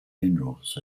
minerals